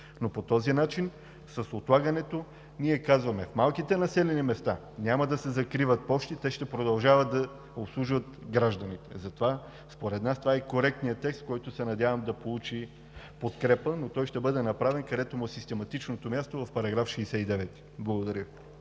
но по този начин – с отлагането, ние казваме, че в малките населени места няма да се закриват пощи. Те ще продължават да обслужват гражданите и според нас това е коректният текст, който се надявам да получи подкрепа. Той ще бъде направен, където му е систематичното място – в § 69. Благодаря